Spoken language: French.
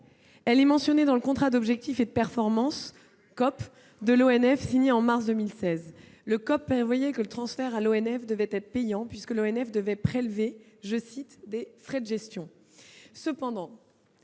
Elle est ainsi mentionnée dans le contrat d'objectifs et de performance de l'ONF signé en mars 2016. Ce contrat prévoyait que le transfert à l'ONF devait être payant, puisque l'Office devait prélever « des frais de gestion